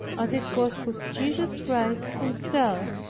as it was with jesus christ himself,